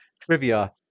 trivia